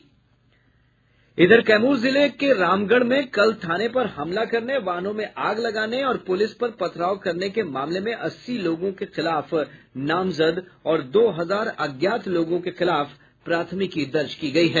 इधर कैमूर जिले के रामगढ़ में कल थाना पर हमला करने वाहनों में आग लगाने और पुलिस पर पथराव करने के मामले में अस्सी लोगों के खिलाफ नामजद और दो हजार अज्ञात लोगों के खिलाफ प्राथमिकी दर्ज की गयी है